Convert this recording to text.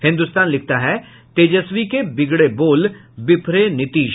हिन्दुस्तान लिखता है तेजस्वी के बिगड़े वोल बिफरे नीतीश